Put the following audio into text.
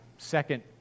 Second